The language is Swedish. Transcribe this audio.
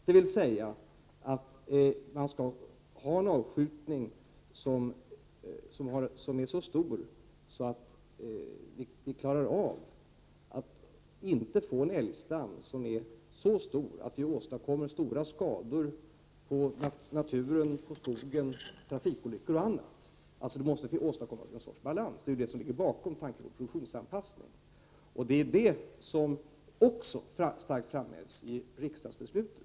Det innebär att man har en avskjutning, som är så stor att vi kan se till att älgstammen inte blir så omfattande att den åstadkommer stora skador på naturen och skogen, förorsakar trafikolyckor och annat. Det måste finnas en sådan balans, och det är det som ligger bakom tanken på produktionsanpassning. Detta framhävdes också mycket starkt i riksdagsbeslutet.